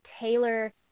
tailor